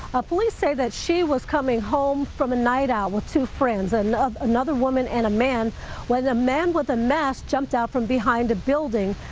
police say that she was coming home from a night out with two friends, and another woman and a man was a man with a mask jumped out from behind a building,